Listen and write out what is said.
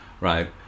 Right